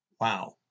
wow